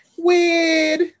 Weird